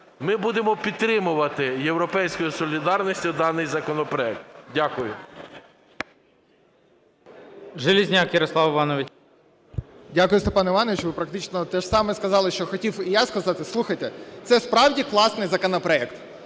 Ми будемо підтримувати "Європейською солідарністю" даний законопроект. Дякую.